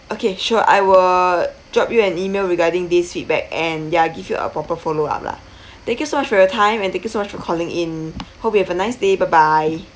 okay sure I will drop you an email regarding this feedback and ya give you a proper follow up lah thank you so much for your time and thank you so much for calling in hope you have a nice day bye bye